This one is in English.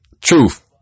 Truth